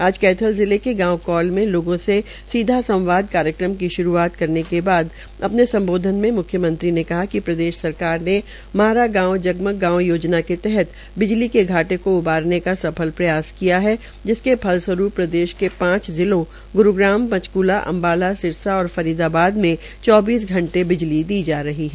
आज कैथल के गांव कौल में लोगों से सीधा संवाद कार्यकम की श्रूआत करने के बाद अपने सम्बोधन मे मुख्यमंत्री ने कहा कि प्रदेश सरकार ने म्हारा गाव जगमग गांव योजना के तहत बिजली की घाटे को उबारने का सफल प्रयास किया है जिसके फलरूवरूप प्रदेश के पांच जिलों ग्रूग्राम पंचकूला अम्बाला सिरसा और फरीदाबाद में चौबीस घंटे बिजली दी जा रही है